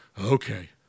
Okay